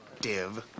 Div